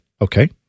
Okay